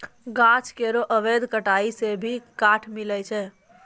गाछ केरो अवैध कटाई सें भी काठ मिलय छै